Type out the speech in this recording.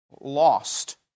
lost